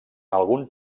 alguns